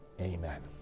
amen